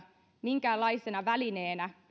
minkäänlaisena välineenä